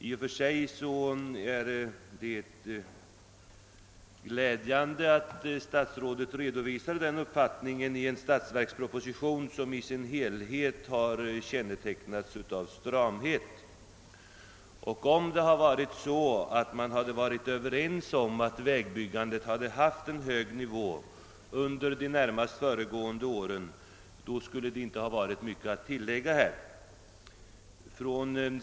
Det är i och för sig glädjande att statsrådet re dovisar den uppfattningen i en statsverksproposition som i sin helhet kännetecknas av stramhet. Hade man varit överens om att vägbyggandet legat på en hög nivå under de närmast föregående åren skulle det inte ha varit mycket att tillägga.